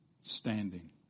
standing